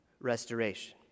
restoration